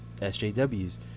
SJWs